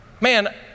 Man